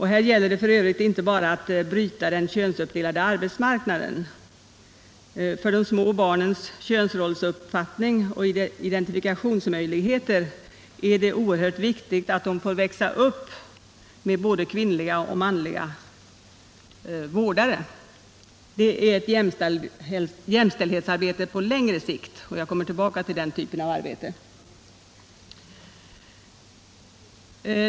Här gäller det f. ö. inte bara att bryta könsuppdelningen på arbetsmarknaden. För de små barnens könsrollsuppfattning och identifikationsmöjligheter är det oerhört viktigt att de får växa upp med både kvinnliga och manliga vårdare. Det är ett jämställdhetsarbete på längre sikt. Jag kommer tillbaka till den typen av arbete.